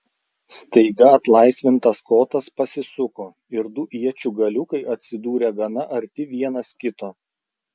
staiga atlaisvintas kotas pasisuko ir du iečių galiukai atsidūrė gana arti vienas kito